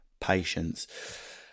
Patience